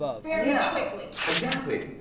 fairly yeah quickly. exactly.